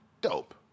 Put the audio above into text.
dope